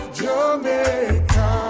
jamaica